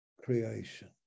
creation